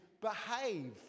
behave